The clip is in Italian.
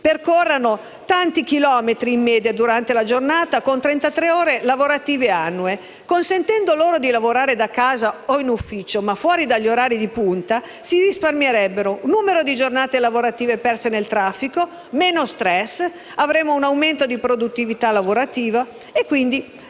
percorrono tanti chilometri in media durante la giornata, con 33 giornate lavorative annue. Consentendo loro di lavorare da casa o in ufficio, ma fuori dagli orari di punta, si risparmierebbero giornate lavorative perse nel traffico; si avrebbe meno stress e un aumento di produttività lavorativa. Quindi, anche